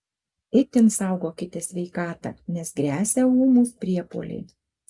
itin saugokite sveikatą nes gresia ūmūs priepuoliai